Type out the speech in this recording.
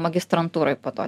magistrantūroj po to